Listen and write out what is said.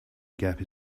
gap